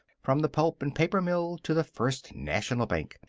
from the pulp and paper mill to the first national bank,